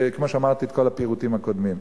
כמו שאמרתי את כל הפירוטים הקודמים.